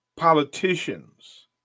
politicians